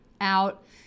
out